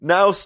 Now